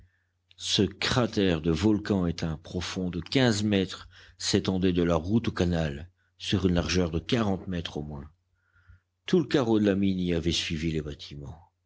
ce cratère de volcan éteint profond de quinze mètres s'étendait de la route au canal sur une largeur de quarante mètres au moins tout le carreau de la mine y avait suivi les bâtiments